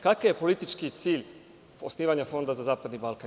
Kakav je politički cilj osnivanja Fonda za zapadni Balkan?